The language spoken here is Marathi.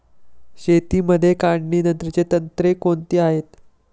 शेतीमध्ये काढणीनंतरची तंत्रे कोणती आहेत?